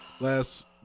last